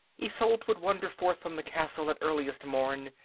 isolde would wander forth from the castle at earliest morn,